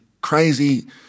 crazy